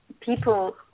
people